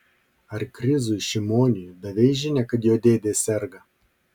ar krizui šimoniui davei žinią kad jo dėdė serga